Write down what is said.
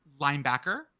linebacker